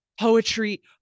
poetry